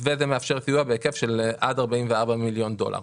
מתווה זה מאפשר סיוע בהיקף של עד 44 מיליון דולר.